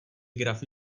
grafy